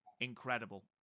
incredible